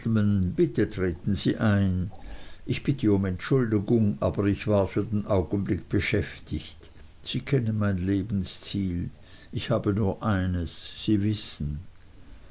bitte treten sie ein ich bitte um entschuldigung aber ich war für den augenblick beschäftigt sie kennen mein lebensziel ich habe nur eines sie wissen